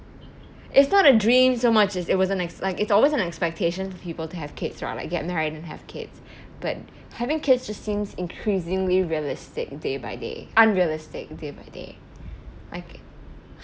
it's not a dream so much as it was an like it's always an expectation of people to have kids right like get married and have kids but having kids just seems increasingly realistic day by day unrealistic day by day like